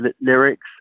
lyrics